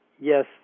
yes